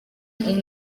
ryan